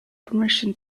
permission